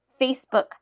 Facebook